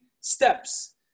steps